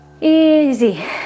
Easy